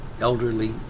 elderly